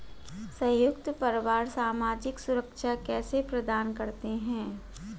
संयुक्त परिवार सामाजिक सुरक्षा कैसे प्रदान करते हैं?